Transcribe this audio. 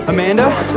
Amanda